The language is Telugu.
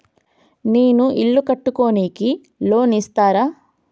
నేను ఇల్లు కట్టుకోనికి లోన్ ఇస్తరా?